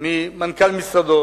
ממנכ"ל משרדו